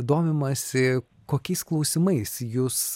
domimasi kokiais klausimais jus